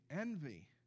envy